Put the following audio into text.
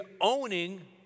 owning